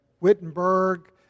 Wittenberg